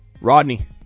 Rodney